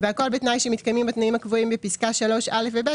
והכל בתנאי שמתקיימים התנאים הקבועים בפסקה (3)(א) ו-(ב),